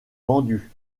vendu